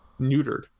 neutered